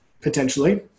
potentially